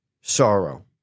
sorrow